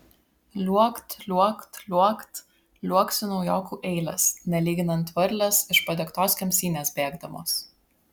liuokt liuokt liuokt liuoksi naujokų eilės nelyginant varlės iš padegtos kemsynės bėgdamos